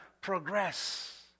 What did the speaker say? progress